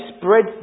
spread